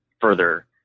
further